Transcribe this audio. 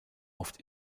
oft